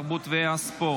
התרבות והספורט.